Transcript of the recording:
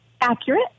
accurate